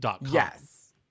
Yes